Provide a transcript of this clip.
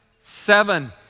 Seven